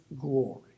glory